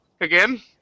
again